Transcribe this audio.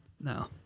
No